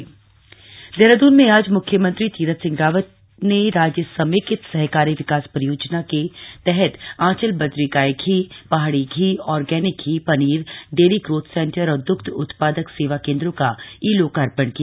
मुख्यमंत्री लोकार्पण देहरादून में आज मुख्यमंत्री तीरथ सिंह रावत ने राज्य समेकित सहकारी विकास परियोजना के तहत आंचल बद्री गाय घी पहाड़ी घी आर्गेनिक घी पनीर डेरी ग्रोथ सेंटर और दुग्ध उत्पादक सेवा केन्द्रों का ई लोकार्पण किया